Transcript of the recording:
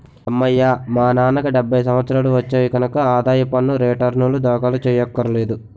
అమ్మయ్యా మా నాన్నకి డెబ్భై సంవత్సరాలు వచ్చాయి కనక ఆదాయ పన్ను రేటర్నులు దాఖలు చెయ్యక్కర్లేదు